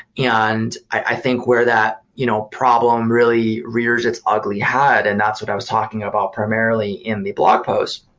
and i think where that you know problem really rears its ugly hat, and that's what i was talking about primarily in the blog post,